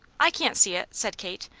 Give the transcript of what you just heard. i can't see it, said kate.